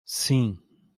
sim